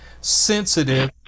sensitive